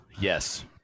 Yes